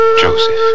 Joseph